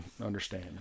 understand